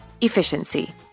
efficiency